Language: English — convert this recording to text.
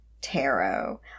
tarot